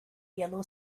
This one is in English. yellow